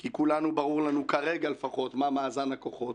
כי ברור לכולנו כרגע לפחות מה מאזן הכוחות